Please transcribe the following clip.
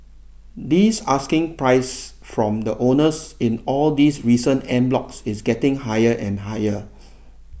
this asking price from the owners in all these recent en blocs is getting higher and higher